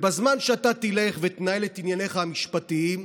בזמן שאתה תלך ותנהל את ענייניך המשפטיים,